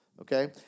okay